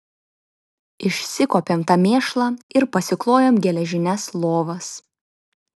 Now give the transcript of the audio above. išsikuopėm tą mėšlą ir pasiklojom geležines lovas